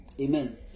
Amen